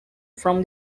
from